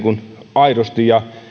aidosti ja mennään